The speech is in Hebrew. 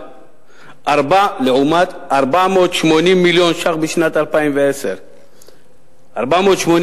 לעומת 480 מיליון שקל בשנת 2010. 480